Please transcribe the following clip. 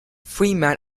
freeman